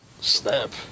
Snap